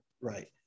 Right